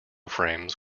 frames